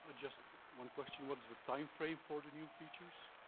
just one question, what is the time frame for the new features?